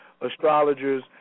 astrologers